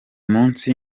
munsi